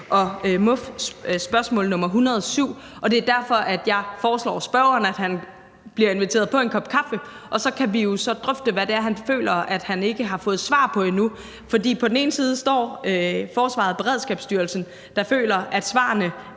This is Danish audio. og MOF, spørgsmål nr. 107, og det er derfor, jeg foreslår spørgeren, at han bliver inviteret på en kop kaffe, og så kan vi jo så drøfte, hvad det er, han føler han ikke har fået svar på endnu. For på den ene side står forsvaret og Beredskabsstyrelsen, der føler, at svarene